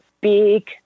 big